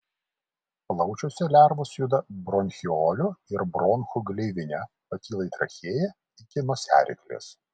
plaučiuose lervos juda bronchiolių ir bronchų gleivine pakyla į trachėją iki nosiaryklės